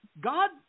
God